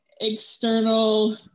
external